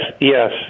yes